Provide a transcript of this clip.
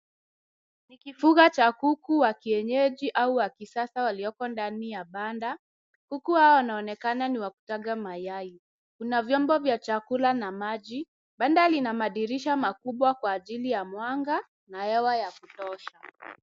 Ni kifuga cha kuku wa kienyeji au wa kisasa walioko ndani ya banda. Kuku wao wanaonekana ni wa kutaga mayai. Kuna vyombo vya chakula na maji. Banda lina madirisha makubwa kwa ajili ya mwanga na hewa ya kutosha.